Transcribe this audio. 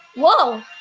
Whoa